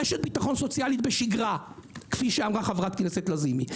רשת ביטחון סוציאלי בשגרה כפי שאמרה חברת הכנסת לזימי.